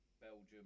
Belgium